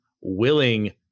willing